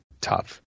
tough